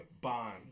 Bond